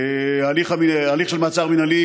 הליך של מעצר מינהלי,